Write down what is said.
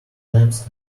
lamps